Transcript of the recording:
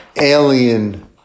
alien